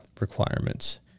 requirements